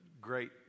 great